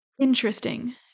interesting